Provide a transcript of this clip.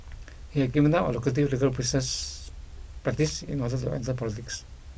he had given up a lucrative legal process practice in order to enter politics